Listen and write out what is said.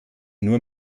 nur